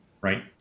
right